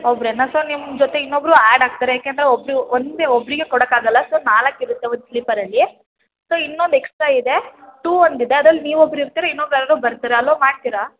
ಒಬ್ಬರೇನಾ so ನಿಮ್ಮ ಜೊತೆ ಇನ್ನೊಬ್ಬರು ಆ್ಯಡ್ ಆಗ್ತಾರೆ ಏಕೆಂದರೆ ಒಬ್ಬರು ಒಂದೇ ಒಬ್ಬರಿಗೆ ಕೊಡೊಕ್ಕಾಗಲ್ಲ ಸೊ ನಾಲ್ಕು ಇರುತ್ತೆ ಒಂದು ಸ್ಲೀಪರಲ್ಲಿ ಸೊ ಇನ್ನೊಂದು ಎಕ್ಸ್ಟ್ರಾ ಇದೆ ಟು ಒಂದಿದೆ ಅದಲ್ಲಿ ನೀವೊಬ್ರು ಇರ್ತೀರ ಇನ್ನೊಬ್ರು ಯಾರಾದ್ರು ಬರ್ತಾರೆ ಅಲೋ ಮಾಡ್ತೀರಾ